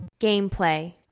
Gameplay